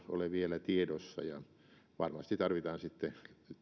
ole aivan tiedossa ja varmasti tarvitaan sitten